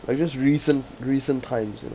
like just recent recent times you know